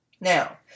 Now